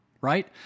right